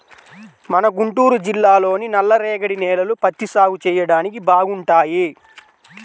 మన గుంటూరు జిల్లాలోని నల్లరేగడి నేలలు పత్తి సాగు చెయ్యడానికి బాగుంటాయి